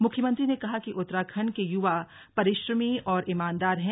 मुख्यमंत्री ने कहा कि उत्तराखण्ड के युवा परिश्रमी और ईमानदार हैं